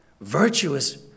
virtuous